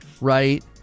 right